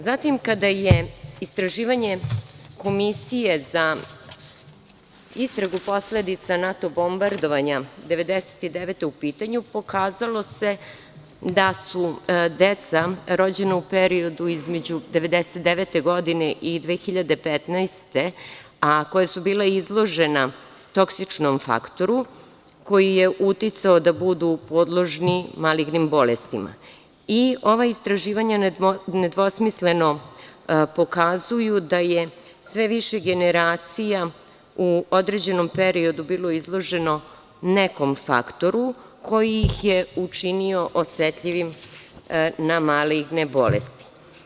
Zatim, kada je istraživanje Komisije za istragu posledica NATO bombardovanja 1999. godine u pitanju, pokazalo se da su deca rođena u periodu između 1999. i 2015. godine, a koja su bila izložena toksičnom faktoru koji je uticao da budu podložni malignim bolestima, ova istraživanja nedvosmisleno pokazuju da je sve više generacija u određenom periodu bilo izloženo nekom faktoru koji ih je učinio osetljivim na maligne bolesti.